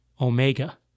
omega